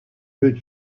veux